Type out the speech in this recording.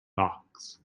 box